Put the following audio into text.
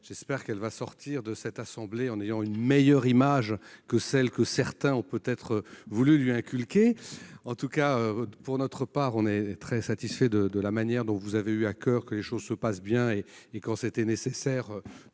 J'espère qu'elle sortira de notre assemblée en ayant une meilleure image que celle que certains ont peut-être voulu lui inculquer. Absolument ! Pour notre part, nous sommes très satisfaits de la manière dont vous avez eu à coeur que les choses se passent bien, madame la secrétaire